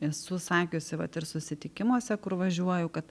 esu sakiusi vat ir susitikimuose kur važiuoju kad